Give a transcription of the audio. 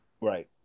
Right